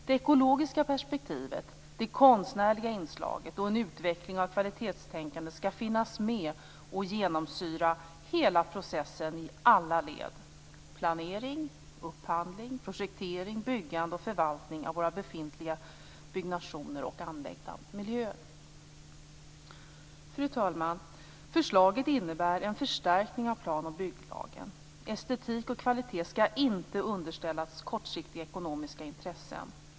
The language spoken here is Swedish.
Det ekologiska perspektivet, det konstnärliga inslaget och en utveckling av kvalitetstänkandet skall finnas med och genomsyra hela processen i alla led. Det gäller planering, upphandling, projektering, byggande och förvaltning av våra befintliga byggnationer och anlagda miljöer. Fru talman! Förslaget innebär en förstärkning av plan och bygglagen. Estetik och kvalitet skall inte underställas kortsiktiga ekonomiska intressen.